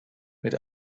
mit